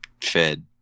fed